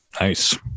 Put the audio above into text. Nice